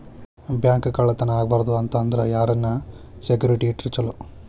Bank ಕಳ್ಳತನಾ ಆಗ್ಬಾರ್ದು ಅಂತ ಅಂದ್ರ ಯಾರನ್ನ ಸೆಕ್ಯುರಿಟಿ ಇಟ್ರ ಚೊಲೊ?